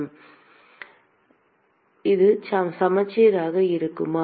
மாணவர் அது சமச்சீராக இருக்குமா